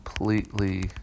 Completely